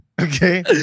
Okay